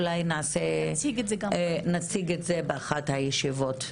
אולי נציג את זה באחת הישיבות.